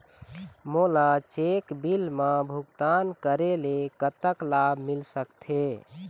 मोला cheque bill मा भुगतान करेले कतक लाभ मिल सकथे?